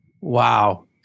Wow